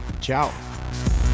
Ciao